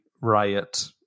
riot